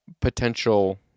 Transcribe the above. potential